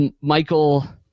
Michael